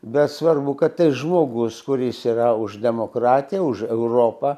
bet svarbu kad tai žmogus kuris yra už demokratiją už europą